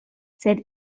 sed